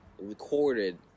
recorded